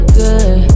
good